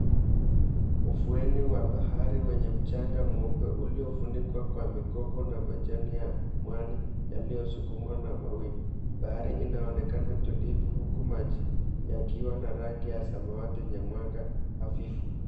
Ufuoni mwa bahari wenye mchanga mweupe uliofunikwa kwa mikoko na majani ya mwani yaliyosukumwa na mawimbi, bahari inaonekana tulivu huku maji yakiwa na rangi ya samawati na mwanga hafifu.